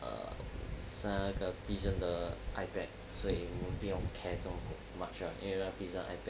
err sign 那个 li zhen 的 ipad 所以我们不用 care 做么 much ah 因为那个 li zhen 的 ipad